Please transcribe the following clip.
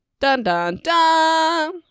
dun-dun-dun